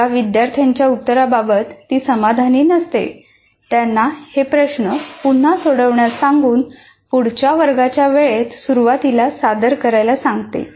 ज्या विद्यार्थ्यांच्या उत्तराबाबत ती समाधानी नसते त्यांना हे प्रश्न पुन्हा सोडवण्यास सांगून पुढच्या वर्गाच्या वेळेत सुरुवातीला सादर करायला सांगते